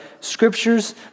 scriptures